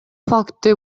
факты